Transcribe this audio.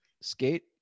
skate